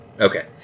Okay